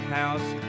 house